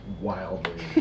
wildly